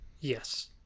Yes